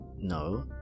no